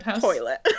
toilet